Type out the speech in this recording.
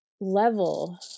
level